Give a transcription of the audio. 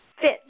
fit